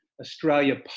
Australia